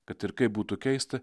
kad ir kaip būtų keista